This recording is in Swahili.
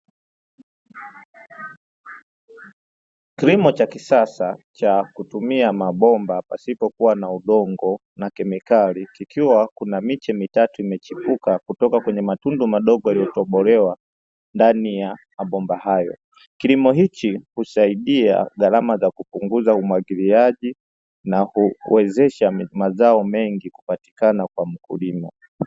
Kilimo cha kisasa cha kutumia mabomba pasipokuwa na udongo na kemikali kukiwa na miche mitatu imechupuka kutokana na matundu madogo yaliyotobolewa ndani ya mabomba hayo. Kilimo hichi husaidia kupunguza gharama za umwagiliaji na kuwezesha mazao mengi kupatika kwa mkulima.